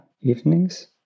evenings